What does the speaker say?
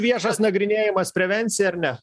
viešas nagrinėjimas prevencija ar ne